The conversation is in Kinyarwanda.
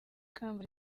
kamba